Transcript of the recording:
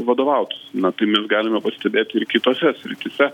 vadovautųsi na tai mes galime pastebėti ir kitose srityse